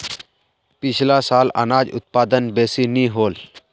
पिछला साल अनाज उत्पादन बेसि नी होल